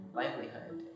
livelihood